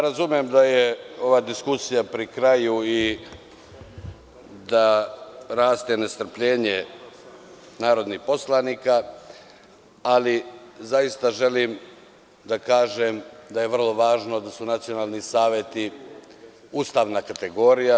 Razumem da je ova diskusija pri kraju i da raste nestrpljenje narodnih poslanika, ali zaista želim da kažem da je važno da su nacionalni saveti ustavna kategorija.